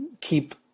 keep